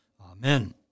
Amen